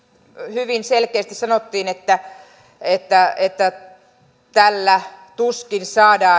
hyvin selkeästi sanottiin että että tällä tuskin saadaan